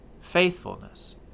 faithfulness